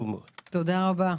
תודה רבה.